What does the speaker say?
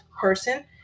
person